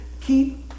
Keep